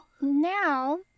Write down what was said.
Now